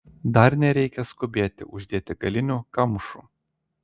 dar nereikia skubėti uždėti galinių kamšų